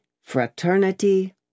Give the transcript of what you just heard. fraternity